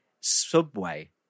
Subway